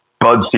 Bud